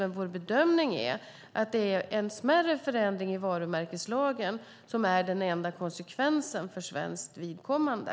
Men vår bedömning är att det är en smärre förändring i varumärkeslagen som är den enda konsekvensen för svenskt vidkommande.